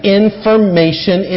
information